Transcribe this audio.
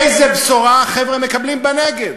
איזו בשורה מקבלים החבר'ה בנגב?